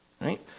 right